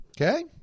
Okay